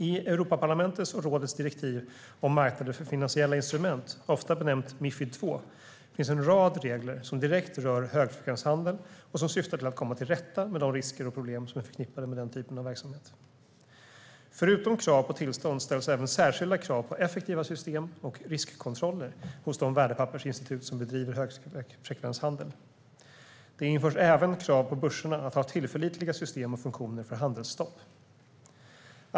I Europaparlamentets och rådets direktiv om marknader för finansiella instrument, ofta benämnt Mifid II, finns en rad regler som direkt rör högfrekvenshandel och som syftar till att komma till rätta med de risker och problem som är förknippade med den typen av verksamhet. Förutom krav på tillstånd ställs även särskilda krav på effektiva system och riskkontroller hos de värdepappersinstitut som bedriver högfrekvenshandel. Det införs även krav på börserna att ha tillförlitliga system och funktioner för handelsstopp.